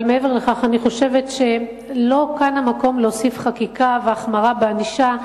אבל אני חושבת שאין מקום להוסיף כאן חקיקה והחמרה בענישה.